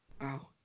wow